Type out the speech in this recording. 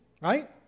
right